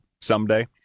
someday